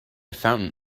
fountain